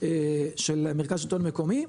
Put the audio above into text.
של מרכז השלטון המקומי,